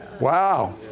Wow